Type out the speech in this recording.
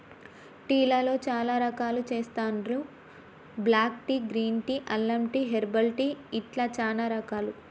tea లలో చాల రకాలు చెస్తాండ్లు బ్లాక్ టీ, గ్రీన్ టీ, అల్లం టీ, హెర్బల్ టీ ఇట్లా చానా రకాలు